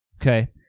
okay